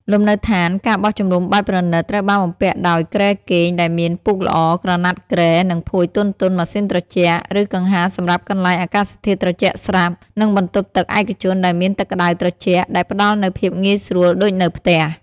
លំនៅដ្ឋាន ការបោះជំរំបែបប្រណីត ត្រូវបានបំពាក់ដោយគ្រែគេងដែលមានពូកល្អ ក្រណាត់គ្រែ និងភួយទន់ៗ ម៉ាស៊ីនត្រជាក់ (ឬកង្ហារសម្រាប់កន្លែងអាកាសធាតុត្រជាក់ស្រាប់) និងបន្ទប់ទឹកឯកជនដែលមានទឹកក្តៅត្រជាក់ ដែលផ្តល់នូវភាពងាយស្រួលដូចនៅផ្ទះ។